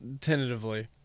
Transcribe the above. tentatively